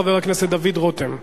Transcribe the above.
חבר הכנסת דוד רותם.